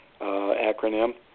acronym